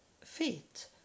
feet